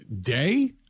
day